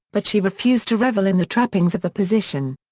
but she refused to revel in the trappings of the position.